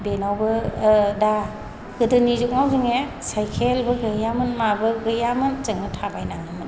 बेनावबो दा गोदोनि जुगाव जोङो साइकेलबो गैयामोन माबो गैयामोन जोङो थाबायनाङोमोन